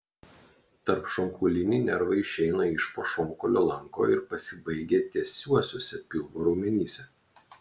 tarpšonkauliniai nervai išeina iš po šonkaulio lanko ir pasibaigia tiesiuosiuose pilvo raumenyse